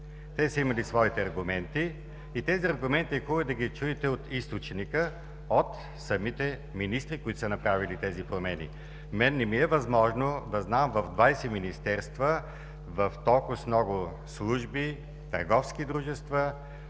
Те са имали своите аргументи и тези аргументи е хубаво да ги чуете от източника, от самите министри, които са направили тези промени. На мен не ми е възможно да знам в 20 министерства, в толкоз много служби, търговски дружества,